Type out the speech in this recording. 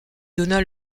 donna